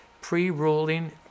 pre-ruling